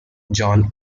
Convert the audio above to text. john